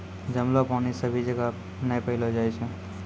जमलो पानी सभी जगह नै पैलो जाय छै